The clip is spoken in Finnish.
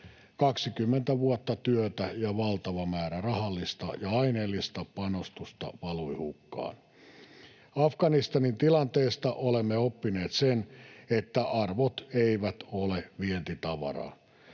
20 vuotta työtä ja valtava määrä rahallista ja aineellista panostusta valui hukkaan. Afganistanin tilanteesta olemme oppineet sen, että arvot eivät ole vientitavaraa.